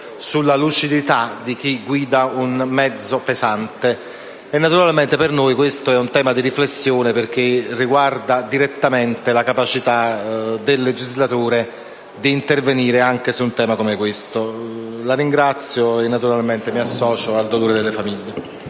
sulla luciditadi chi guida un mezzo pesante. Naturalmente per noi questo e un tema di riflessione perche´ riguarda direttamente la capacita` del legislatore di intervenire anche su un tema come questo. La ringrazio e naturalmente mi associo al dolore delle famiglie.